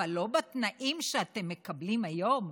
אבל לא בתנאים שאתם מקבלים היום.